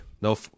No